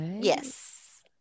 Yes